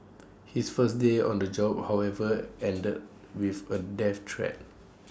his first day on the job however ended with A death threat